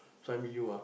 so I meet you ah